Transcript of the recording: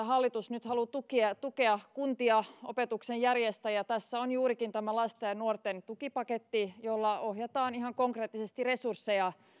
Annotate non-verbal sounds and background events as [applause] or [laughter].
[unintelligible] hallitus nyt haluaa tukea kuntia opetuksen järjestäjiä tässä on juurikin tämä lasten ja nuorten tukipaketti jolla ohjataan ihan konkreettisesti resursseja